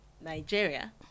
Nigeria